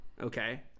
okay